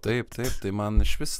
taip taip tai man išvis